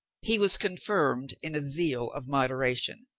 he was confirmed in a zeal of modera tion.